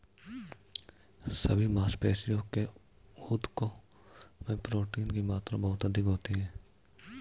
सभी मांसपेशियों के ऊतकों में प्रोटीन की मात्रा बहुत अधिक होती है